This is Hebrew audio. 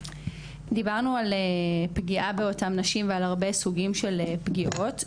דיברנו על פגיעה באותן נשים והרבה סוגים של פגיעות.